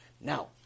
Now